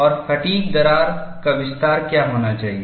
और फ़ैटिग् दरार का विस्तार क्या होना चाहिए